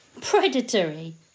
Predatory